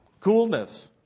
Coolness